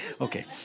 Okay